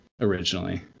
originally